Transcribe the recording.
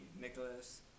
nicholas